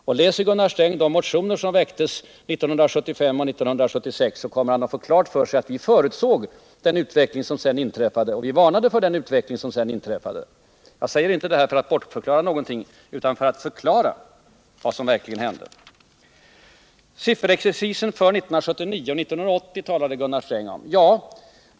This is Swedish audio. Och läser Gunnar Sträng de motioner som väcktes 1975 och 1976 kommer han att få klart för sig att vi förutsåg och varnade för den utveckling som sedan inträffade. Jag säger inte detta för att bortförklara någonting utan för att redovisa vad som verkligen hände. Gunnar Sträng talade om det han kallade sifferexercisen för 1979 och 1980.